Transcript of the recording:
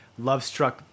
Lovestruck